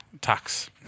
Tax